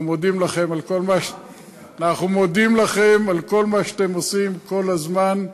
אנחנו מודים לכם על כל מה שאתם עושים כל הזמן,